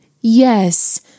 Yes